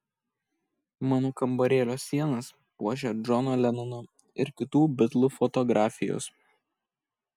mano kambarėlio sienas puošia džono lenono ir kitų bitlų fotografijos